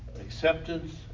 Acceptance